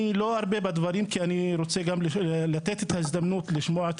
לא ארבה בדברים כי אני רוצה לתת את ההזדמנות לשמוע את